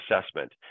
assessment